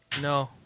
No